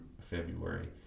February